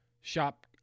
Shop